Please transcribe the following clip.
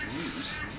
news